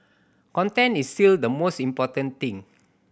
content is still the most important thing